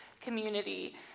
community